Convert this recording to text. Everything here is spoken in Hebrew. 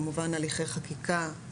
כמובן הליכי חקיקה,